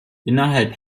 innerhalb